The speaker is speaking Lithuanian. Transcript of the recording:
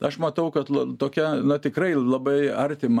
aš matau kad tokia na tikrai labai artimą